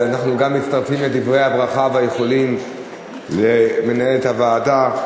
גם אנחנו מצטרפים לדברי הברכה והאיחולים למנהלת הוועדה.